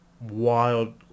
wild